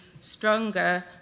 stronger